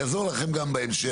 אני אעזור לכם גם בהמשך,